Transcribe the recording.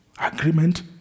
agreement